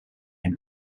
and